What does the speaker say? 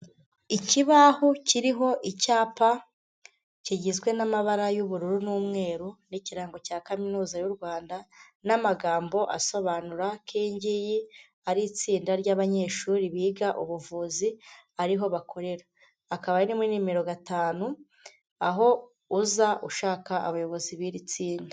Ikibaho kiriho icyapa kigizwe n'amabara y'ubururu n'umweru n'ikirango cya Kaminuza y'u Rwanda n'amagambo asobanura ko iyi ngiyi ari itsinda ry'abanyeshuri biga ubuvuzi, ariho bakorera, akaba ari muri nimero gatanu, aho uza ushaka abayobozi b'iri tsinda.